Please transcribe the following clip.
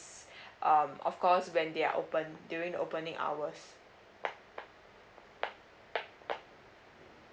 um of course when they are open during the opening hours